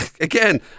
again